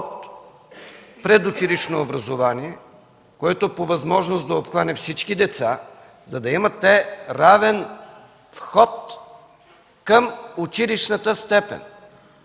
предучилищно образование, което по възможност да обхване всички деца, за да имат те равен вход към училищната степен.